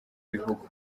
bihugu